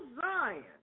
Zion